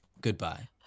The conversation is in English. Goodbye